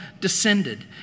descended